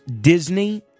Disney